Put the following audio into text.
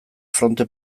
fronte